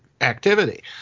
activity